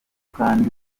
kandi